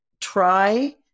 try